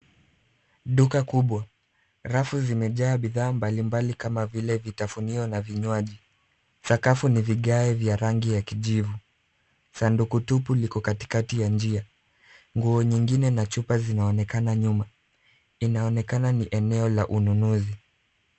Duka kubwa. Rafu zimejaa bidhaa mbalimbali kama vile vitafunio na vinywaji. Sakafu ni vigae vya rangi ya kijivu. Sanduku tupu liko katikati ya njia. Nguo nyingine na chupa zinaonekana nyuma. Inaonekana ni eneo la ununuzi.